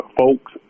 folks